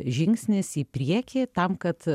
žingsnis į priekį tam kad